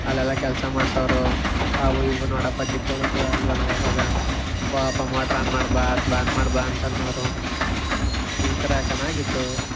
ಅಲ್ಲೆಲ್ಲ ಕೆಲಸ ಮಾಡಿಸೋರು ಹಾಗೂ ಹೀಗೂ ನೋಡಪ್ಪ ಚಿಕ್ಕ ಹುಡುಗರು ಅಲ್ವಾ ನಾವು ಅವಾಗ ಹೋಗಪ್ಪ ಮೋಟ್ರ್ ಆನ್ ಮಾಡಿ ಬಾ ಅದು ಮಾಡು ಬಾ ಇದು ಮಾಡು ಬಾ ಅಂತ ಅನ್ನೋರು ಈ ಥರ ಚೆನ್ನಾಗಿತ್ತು